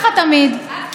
אבל אז אמרתי,